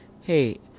Hey